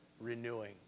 renewing